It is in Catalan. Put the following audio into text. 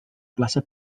plaça